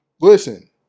Listen